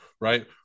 Right